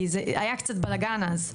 כי היה קצת באלגן אז.